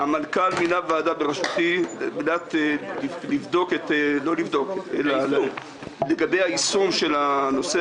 למה זה לא הגיע בצינורות המקובלים ?